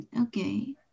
Okay